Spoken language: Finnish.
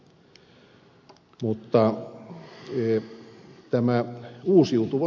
mutta tämä uusiutuva